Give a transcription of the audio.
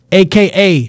aka